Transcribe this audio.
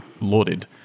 lauded